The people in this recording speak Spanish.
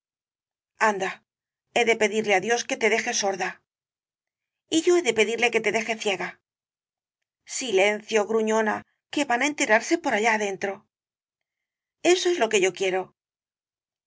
anda h e de pedirle á dios que te deje sorda y yo he de pedirle que te deje ciega silencio gruñona que van á enterarse por allá adentro eso es lo que yo quiero